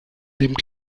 rechten